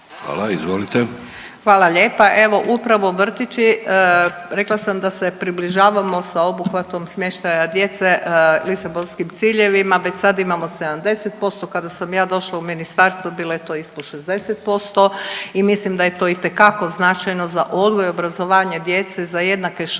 Nada (HDZ)** Hvala lijepa. Evo upravo vrtići rekla sam da se približavamo sa obuhvatom smještaja djece Lisabonskim ciljevima. Već sad imamo 70%, kada sam ja došla u ministarstvo bilo je to ispod 60% i mislim da je to itekako značajno za odgoj i obrazovanje djece za jednake šanse već